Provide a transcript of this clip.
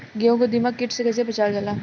गेहूँ को दिमक किट से कइसे बचावल जाला?